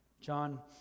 John